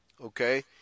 Okay